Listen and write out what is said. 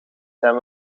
zijn